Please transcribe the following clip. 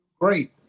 great